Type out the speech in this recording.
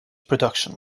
production